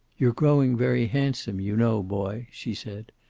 you're growing very handsome, you know, boy, she said.